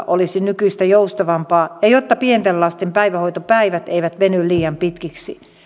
olisi nykyistä joustavampaa ja jotta pienten lasten päivähoitopäivät eivät veny liian pitkiksi